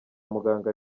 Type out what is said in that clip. muganga